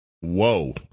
Whoa